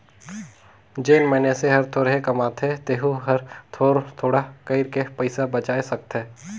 जेन मइनसे हर थोरहें कमाथे तेहू हर थोर थोडा कइर के पइसा बचाय सकथे